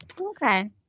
Okay